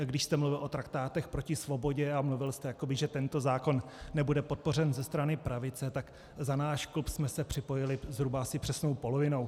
Když jste mluvil o traktátech proti svobodě a mluvil jste, jakoby že tento zákon nebude podpořen ze strany pravice, tak za náš klub jsme se připojili asi přesnou polovinou.